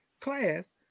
class